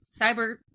cyber